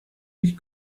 durch